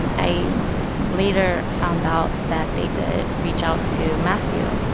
and i later found out that they did reach out to matthew,